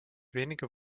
wenige